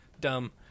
dumb